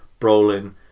Brolin